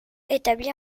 établit